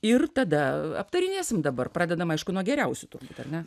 ir tada aptarinėsim dabar pradedam aišku nuo geriausių tų ar ne